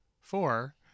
four